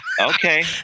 okay